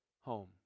home